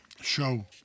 show